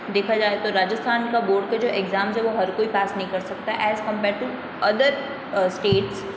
देखा जाए तो राजस्थान का बोर्ड का जो एग्ज़ाम है वो हर कोई पास नहीं कर सकता as compare to other state